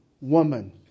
woman